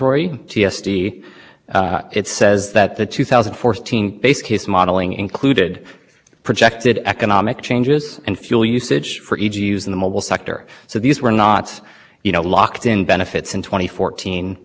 and so if you if you sort of pull on individual threads as the industry petitioners have rather than acknowledging the interwoven and overlapping connections in this rule then and then you provide an incentive for